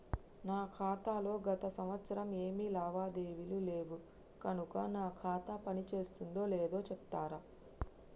నా ఖాతా లో గత సంవత్సరం ఏమి లావాదేవీలు లేవు కనుక నా ఖాతా పని చేస్తుందో లేదో చెప్తరా?